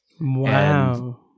Wow